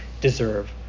deserve